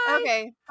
Okay